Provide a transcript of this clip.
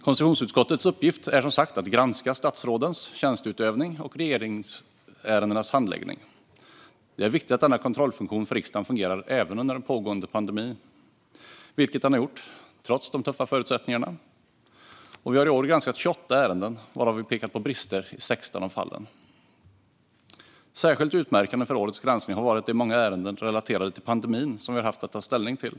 Konstitutionsutskottets uppgift är, som sagt, att granska statsrådens tjänsteutövning och regeringsärendenas handläggning. Det är viktigt att denna kontrollfunktion för riksdagen fungerar även under en pågående pandemi, vilket den har gjort trots de tuffa förutsättningarna. Vi har i år granskat 28 ärenden, och vi har pekat på brister i 16 fall. Särskilt utmärkande för årets granskning har varit de många ärendena relaterade till pandemin som vi har haft att ta ställning till.